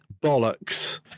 bollocks